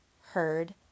heard